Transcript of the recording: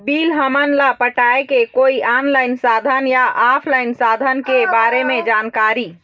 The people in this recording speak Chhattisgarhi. बिल हमन ला पटाए के कोई ऑनलाइन साधन या ऑफलाइन साधन के बारे मे जानकारी?